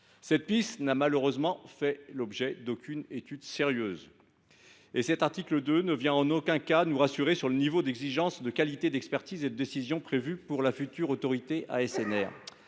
Cette piste n’a malheureusement fait l’objet d’aucune étude sérieuse. Cet article 2 ne vient en aucun cas nous rassurer sur le niveau d’exigence de qualité, d’expertise et de décision prévu pour la future ASNR.